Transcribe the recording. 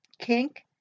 kink